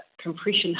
compression